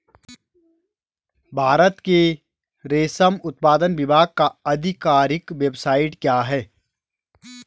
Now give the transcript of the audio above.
भारत के रेशम उत्पादन विभाग का आधिकारिक वेबसाइट क्या है?